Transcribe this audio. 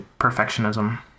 perfectionism